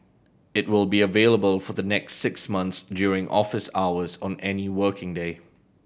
it will be available for the next six months during office hours on any working day